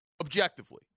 objectively